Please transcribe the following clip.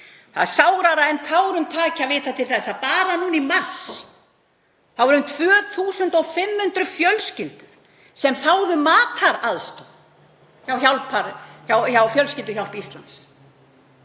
Það er sárara en tárum taki að vita til þess að bara núna í mars þáðu um 2.500 fjölskyldur mataraðstoð hjá Fjölskylduhjálp Íslands.